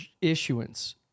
issuance